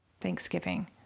Thanksgiving